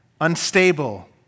unstable